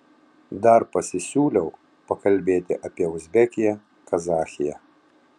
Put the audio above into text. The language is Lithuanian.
dar pasisiūliau pakalbėti apie uzbekiją kazachiją